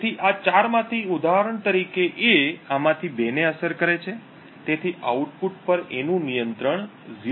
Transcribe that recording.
તેથી આ ચારમાંથી ઉદાહરણ તરીકે A આમાંથી બે ને અસર કરે છે તેથી આઉટપુટ પર A નું નિયંત્રણ 0